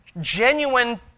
genuine